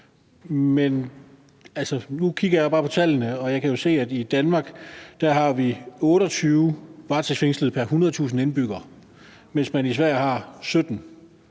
Men nu kigger jeg jo bare på tallene, og jeg kan se, at vi i Danmark har 28 varetægtsfængslede pr. 100.000 indbyggere, mens man i Sverige har 17,